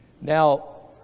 Now